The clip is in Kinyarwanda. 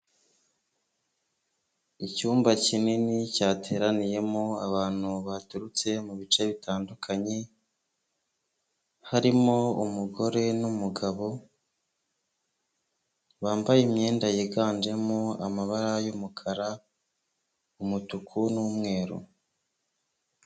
Icyumba kinini cyateraniyemo abantu baturutse mu bice bitandukanye, harimo umugore n'umugabo, bambaye imyenda yiganjemo amabara y'umukara, umutuku n'umweru.